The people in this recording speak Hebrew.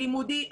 לימודי,